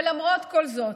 ולמרות כל זאת,